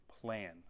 plan